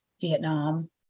vietnam